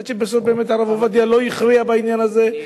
עד שבסוף הרב עובדיה הכריע בעניין הזה,